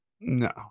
No